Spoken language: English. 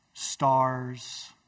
stars